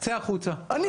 צא החוצה תודה רבה שלום.